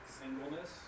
Singleness